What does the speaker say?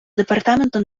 департаментом